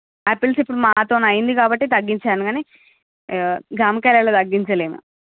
apples ఇప్పుడు మాతోని అయ్యింది కాబట్టి తగ్గించాను కానీ జామకాయలలో తగ్గించలేను